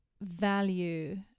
value